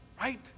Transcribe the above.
Right